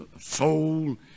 soul